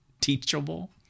teachable